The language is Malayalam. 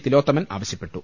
തിലോത്തമൻ ആവശ്യപ്പെട്ടു